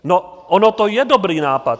No on to je dobrý nápad.